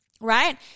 right